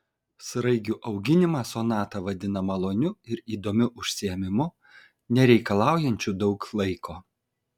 sraigių auginimą sonata vadina maloniu ir įdomiu užsiėmimu nereikalaujančiu daug laiko